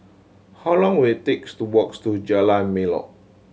how long will it takes to walks to Jalan Melor